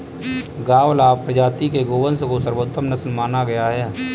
गावलाव प्रजाति के गोवंश को सर्वोत्तम नस्ल माना गया है